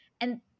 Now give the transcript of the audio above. And-